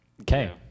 Okay